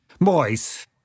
boys